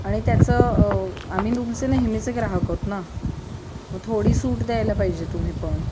आणि त्याचं आम्ही तुमचे नेहमीचे ग्राहक आहोत ना मग थोडी सूट द्यायला पाहिजे तुम्ही पण